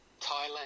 Thailand